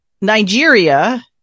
nigeria